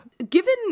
given